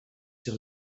sur